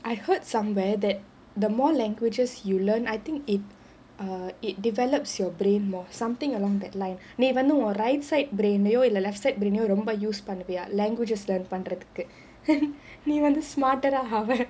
I heard somewhere that the more languages you learn I think it err it develops your brain more something along that line நீ வந்து :nee vandhu right side brain யோ இல்ல:yo illa left side brain யோ ரொம்ப:yo romba use பண்ணுவியா:pannuviyaa languages learn பண்றதுக்கு நீ வந்து:pandradhukku nee vandhu smarter ஆவ:aava